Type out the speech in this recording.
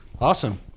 awesome